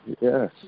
Yes